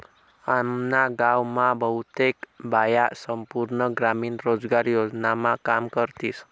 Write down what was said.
आम्ना गाव मा बहुतेक बाया संपूर्ण ग्रामीण रोजगार योजनामा काम करतीस